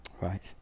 Right